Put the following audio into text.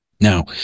Now